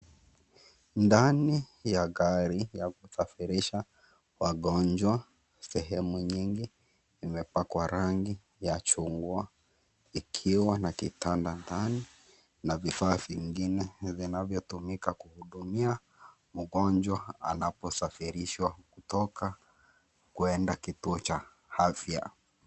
Ndani ya gari, ya kusafirisha, wagonjwa sehemu nyingi, imepakwa rangi, ya chungwa, ikiwa na kitanda ndani, na vifaa vingine vinavyo tumika kuhudumia mgonjwa anaposafirishwa kutoka, kwenda kituo cha, hafya.